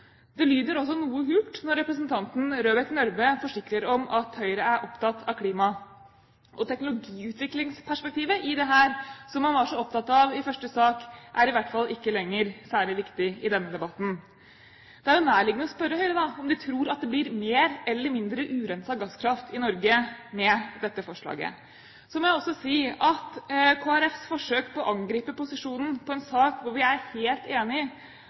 Det lyder også noe hult når representanten Røbekk Nørve forsikrer om at Høyre er opptatt av klima. Teknologiutviklingsperspektivet i dette, som man var så opptatt av i første sak, er i hvert fall ikke lenger særlig viktig i denne debatten. Det er jo nærliggende å spørre Høyre om de tror det blir mer eller mindre urensede gasskraftverk i Norge med dette forslaget. Så må jeg også si at Kristelig Folkepartis forsøk på å angripe posisjonen på en sak hvor vi er helt